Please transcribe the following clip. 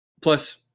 Plus